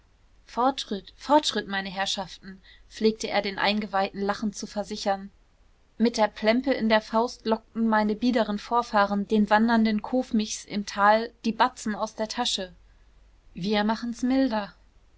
fortschritt fortschritt meine herrschaften pflegte er den eingeweihten lachend zu versichern mit der plempe in der faust lockten meine biederen vorfahren den wandernden koofmichs im tal die batzen aus der tasche wir machen's milder